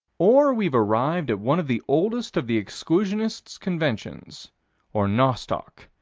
or we've arrived at one of the oldest of the exclusionists' conventions or nostoc.